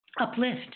uplift